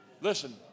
Listen